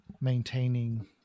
maintaining